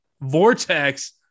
vortex